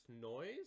noise